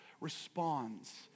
responds